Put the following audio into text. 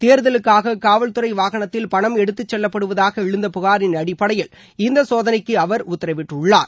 தேர்தலுக்காக காவல்துறை வாகனத்தில் பணம் எடுத்துச் செல்லப்படுவதாக எழுந்த புகாரின் அடிப்படையில் இந்த சோதனைக்கு அவர் உத்தரவிட்டுள்ளார்